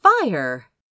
fire